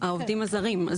העובדים הזרים.